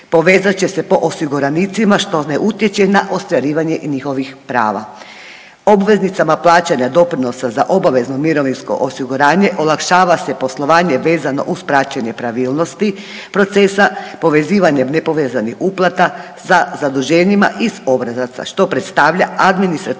povezat će se po osiguranicima, što ne utječe na ostvarivanje njihovih prava. Obveznicama plaćanja doprinosa za obavezno mirovinsko osiguranje olakšava se poslovanje vezano uz praćenje pravilnosti procesa, povezivanje nepovezanih uplata sa zaduženjima iz obrazaca, što predstavlja administrativno